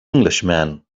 englishman